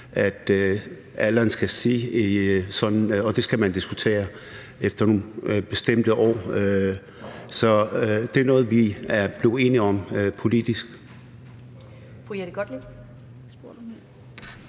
at alderen skal stige, og at det skal man diskutere om nogle år. Så det er noget, vi er blevet enige om politisk.